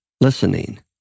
listening